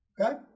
Okay